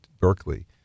Berkeley